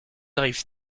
arrive